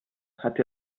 hat